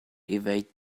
evade